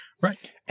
Right